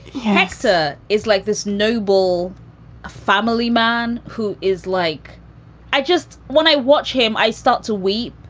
hexa is like this noble ah family man who is like i just when i watch him, i start to weep.